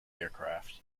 aircraft